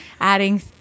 adding